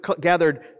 gathered